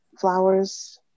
flowers